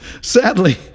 Sadly